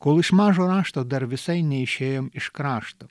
kol iš mažo rašto dar visai neišėjom iš krašto